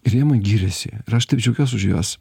ir jie man giriasi ir aš taip džiaugiuos už juos